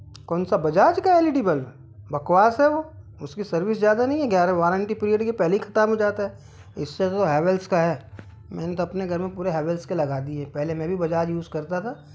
कौन सा बजाज का एल ई डी बल्ब बकवास है वो उसकी सर्विस ज़्यादा नहीं है ग्यारह वारंटी पीरिअड के पहले खत्म हो जाता है इसे तो हेवेल्स का है मेने तो अपने घर में पूरे हेवेल्स के लागा दिए हैं पहले मैं भी बजाज यूज़ करता था